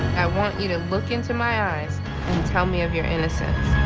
i want you to look into my eyes and tell me of your innocence.